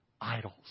idols